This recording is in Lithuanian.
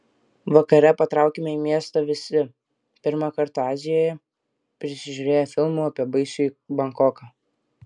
vakare patraukėme į miestą visi pirmą kartą azijoje prisižiūrėję filmų apie baisųjį bankoką